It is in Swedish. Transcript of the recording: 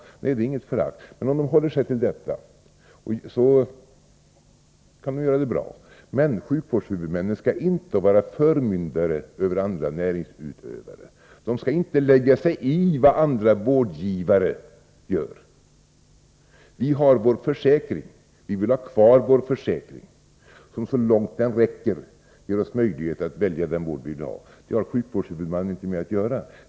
Nej, det är inget förakt; om de håller sig till sjukvård kan de göra det bra. Men de skall inte vara förmyndare över andra näringsutövare. De skall inte lägga sig i vad andra vårdgivare gör. Vi har vår försäkring. Vi vill ha kvar vår försäkring, som så långt den räcker ger oss möjligheter att välja den vård vi vill ha. Det har sjukvårdshuvudmannen inte med att göra.